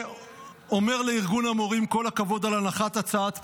ואומר לארגון המורים כל הכבוד על הנחת הצעת פשרה,